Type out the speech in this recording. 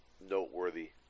noteworthy